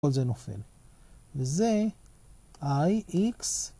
כל זה נופל, וזה Ix.